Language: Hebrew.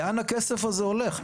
אני לא אומר שלא אכיפת לי מתקציב